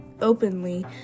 openly